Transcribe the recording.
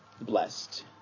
blessed